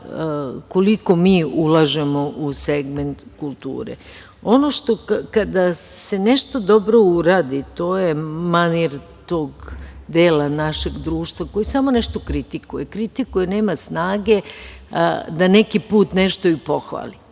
koliko mi ulažemo u segment kulture. Kada se nešto dobro uradi, to je manir tog dela našeg društva koji samo nešto kritikuje. Kritikuje, nema snage da neki put nešto i pohvali.